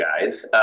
guys